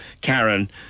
Karen